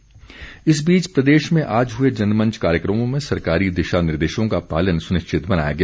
जन सुनवाई इस बीच प्रदेश में आज हुए जनमंच कार्यक्रमों में सरकारी दिशा निर्देशों का पालन सुनिश्चित बनाया गया